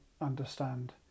understand